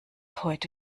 heute